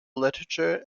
literature